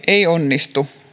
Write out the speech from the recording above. ei onnistu